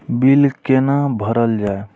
Bill कैना भरल जाय?